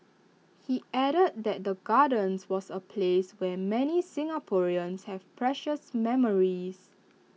he added that the gardens was A place where many Singaporeans have precious memories